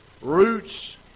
Roots